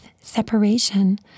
separation